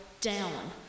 down